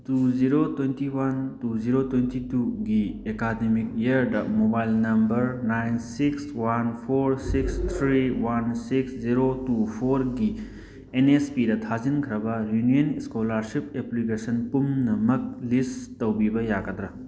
two zero twenty one two zero twenty ꯇꯨꯒꯤ academic ꯏꯌꯥꯔꯗ mobile number nine six one four six three one six zero two ꯐꯣꯔꯒꯤ ꯑꯦꯟ ꯅꯦꯁ ꯄꯤꯗ ꯊꯥꯖꯤꯟꯈ꯭ꯔꯕ ꯔꯤꯅ꯭ꯋꯦꯜ ꯏꯁꯀꯣꯂꯥꯔꯁꯤꯞ ꯑꯦꯄ꯭ꯂꯤꯀꯦꯁꯟ ꯄꯨꯝꯅꯃꯛ ꯂꯤꯁ ꯇꯧꯕꯤꯕ ꯌꯥꯒꯗ꯭ꯔꯥ